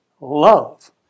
love